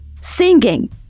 Singing